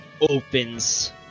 opens